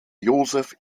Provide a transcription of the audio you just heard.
joseph